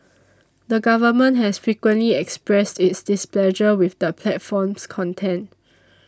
the government has frequently expressed its displeasure with the platform's content